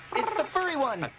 it's the furry one!